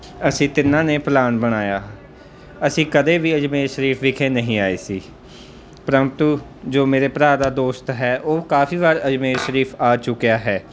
ਅਸੀਂ ਤਿੰਨਾਂ ਨੇ ਪਲਾਨ ਬਣਾਇਆ ਅਸੀਂ ਕਦੇ ਵੀ ਅਜਮੇਰ ਸ਼ਰੀਫ ਵਿਖੇ ਨਹੀਂ ਆਏ ਸੀ ਪ੍ਰੰਤੂ ਜੋ ਮੇਰੇ ਭਰਾ ਦਾ ਦੋਸਤ ਹੈ ਉਹ ਕਾਫੀ ਵਾਰ ਅਜਮੇਰ ਸ਼ਰੀਫ ਆ ਚੁੱਕਿਆ ਹੈ